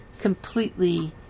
completely